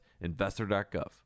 Investor.gov